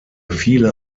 viele